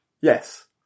Yes